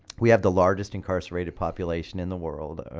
we have the largest incarcerated population in the world.